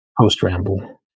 Post-ramble